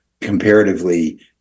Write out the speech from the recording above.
Comparatively